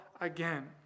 again